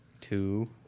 two